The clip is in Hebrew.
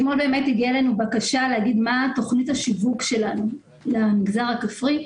אתמול באמת הגיעה אלינו בקשה לומר מה תכנית השיווק שלנו למגזר הכפרי.